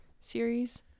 series